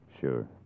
Sure